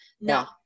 no